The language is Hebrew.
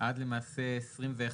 עד למעשה 21,